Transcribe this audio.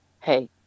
hey